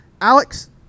Alex